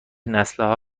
نسلها